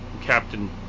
Captain